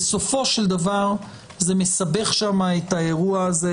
בסופו של דבר זה מצנן את האירוע הזה,